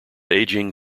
ageing